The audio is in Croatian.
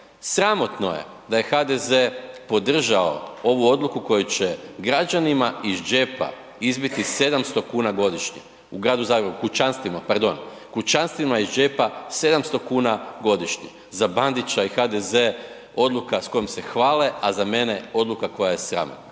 Sramotno je da je HDZ podržao ovu odluku koju će građanima iz džepa izbiti 700 kuna godišnje, u gradu Zagrebu, u kućanstvima pardon, u kućanstvima iz džepa 700 kn godišnje. Za Bandića i HDZ, odluka s kojom se hvale, a za mene je ta odluka koja je sramotna.